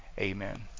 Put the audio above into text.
Amen